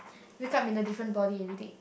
wake up in a different body everyday